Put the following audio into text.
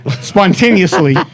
spontaneously